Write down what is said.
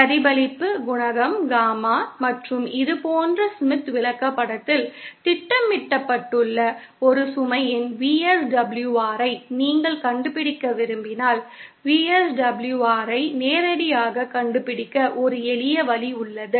பிரதிபலிப்பு குணகம் காமா மற்றும் இது போன்ற ஸ்மித் விளக்கப்படத்தில் திட்டமிடப்பட்டுள்ள ஒரு சுமையின் VSWR யை நீங்கள் கண்டுபிடிக்க விரும்பினால் VSWR யை நேரடியாக கண்டுபிடிக்க ஒரு எளிய வழி உள்ளது